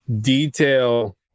detail